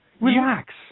relax